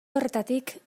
horretatik